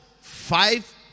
five